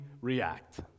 react